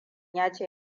yace